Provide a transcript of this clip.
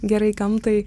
gerai gamtai